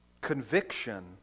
conviction